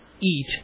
eat